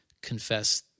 confess